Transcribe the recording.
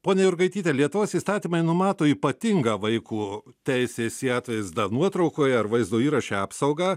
ponia jurgaityte lietuvos įstatymai numato ypatingą vaiko teisės į atvaizdą nuotraukoje ar vaizdo įraše apsaugą